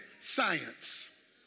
science